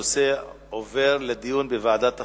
הנושא עובר לדיון בוועדת החינוך.